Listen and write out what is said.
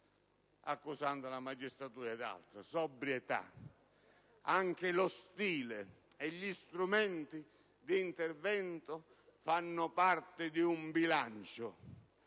accusando la magistratura ed altri. Sobrietà! Anche lo stile e gli strumenti di intervento fanno parte di un bilancio,